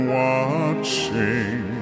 watching